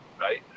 Right